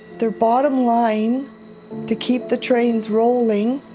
their bottom line to keep the trains rolling,